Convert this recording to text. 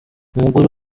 umugore